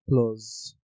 plus